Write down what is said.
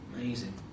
Amazing